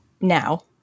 now